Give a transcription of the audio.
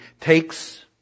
takes